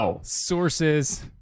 Sources